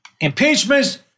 Impeachments